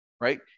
right